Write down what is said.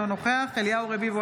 אינו נוכח אליהו רביבו,